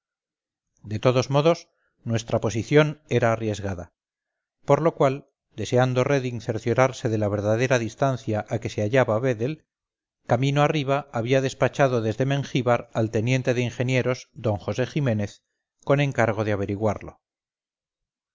de todos modos nuestra posición era arriesgada por lo cual deseando reding cerciorarse de la verdadera distancia a que se hallaba vedel camino arriba había despachado desde mengíbar al teniente de ingenieros d josé jiménez con encargo de averiguarlo